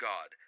God